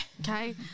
okay